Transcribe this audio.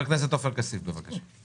חבר הכנסת עופר כסיף, בבקשה.